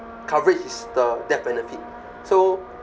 coverage is the death benefit so